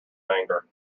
anger